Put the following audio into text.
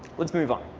let's move on.